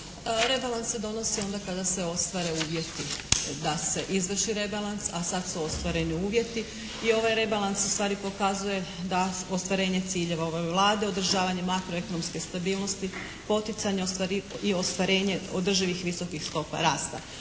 Rebalans se donosi onda kada se ostvare uvjeti da se izvrši rebalans, a sad su ostvareni uvjeti i ovaj rebalans ustvari pokazuje da ostvarenje ciljeva ove Vlade, održavanje makroekonomske stabilnosti, poticanje i ostvarenje visokih stopa rasta.